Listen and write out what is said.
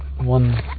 One